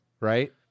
Right